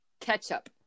ketchup